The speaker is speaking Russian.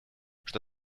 что